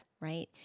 right